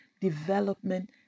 development